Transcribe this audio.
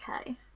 Okay